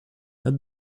add